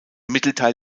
mittelteil